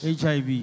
HIV